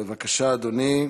בבקשה, אדוני.